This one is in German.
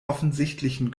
offensichtlichen